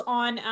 on